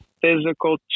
physical